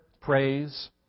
praise